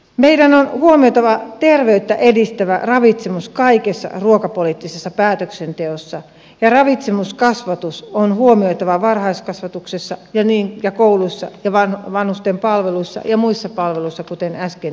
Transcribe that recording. meidän on huomioitava terveyttä edistävä ravitsemus kaikessa ruokapoliittisessa päätöksenteossa ja ravitsemuskasvatus on huomioitava varhaiskasvatuksessa ja kouluissa ja vanhusten palveluissa ja muissa palveluissa kuten äsken jo mainitsin